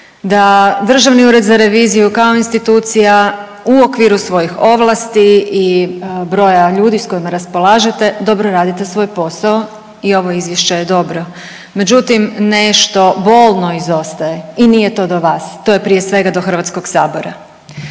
da Državni ured za reviziju kao institucija u okviru svojih ovlasti i broja ljudi s kojima raspolažete dobro radite svoj posao i ovo izvješće je dobro. Međutim, nešto bolno izostaje i nije to do vas, to je prije svega do HS-a.